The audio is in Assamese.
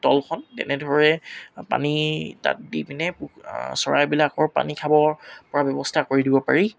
তলখন এনেদৰে পানী তাত দি কিনে চৰাইবিলাকৰ পানী খাব পৰা ব্যৱস্থা কৰি দিব পাৰি